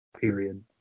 Period